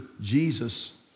Jesus